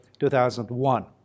2001